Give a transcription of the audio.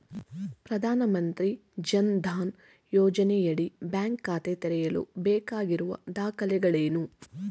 ಪ್ರಧಾನಮಂತ್ರಿ ಜನ್ ಧನ್ ಯೋಜನೆಯಡಿ ಬ್ಯಾಂಕ್ ಖಾತೆ ತೆರೆಯಲು ಬೇಕಾಗಿರುವ ದಾಖಲೆಗಳೇನು?